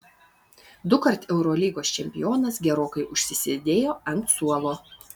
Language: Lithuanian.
dukart eurolygos čempionas gerokai užsisėdėjo ant suolo